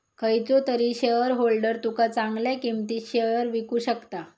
खयचो तरी शेयरहोल्डर तुका चांगल्या किंमतीत शेयर विकु शकता